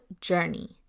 journey